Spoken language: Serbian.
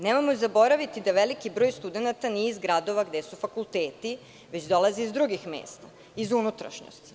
Nemojmo zaboraviti da veliki broj studenata nije iz gradova gde su fakulteti već dolaze i drugih mesta, iz unutrašnjosti.